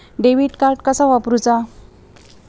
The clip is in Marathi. डेबिट कार्ड कसा वापरुचा?